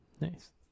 Nice